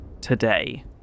today